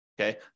okay